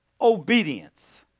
obedience